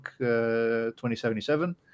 2077